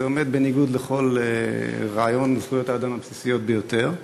זה עומד בניגוד לכל רעיון זכויות האדם הבסיסיות ביותר.